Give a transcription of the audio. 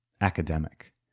academic